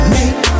Make